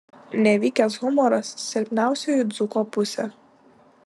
nevykęs humoras silpniausioji dzūko pusė